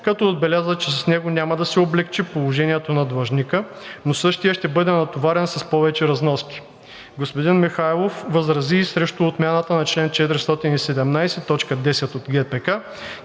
като отбеляза, че с него няма да се облекчи положението на длъжника, но същият ще бъде натоварен с повече разноски. Господин Михайлов възрази и срещу отмяната на чл. 417, т. 10 от ГПК,